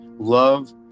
love